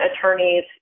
attorneys